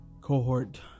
cohort